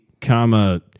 comma